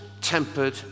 tempered